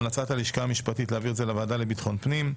המלצת הלשכה המשפטית היא להעביר את זה לוועדה לביטחון פנים.